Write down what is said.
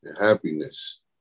happiness